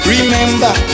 Remember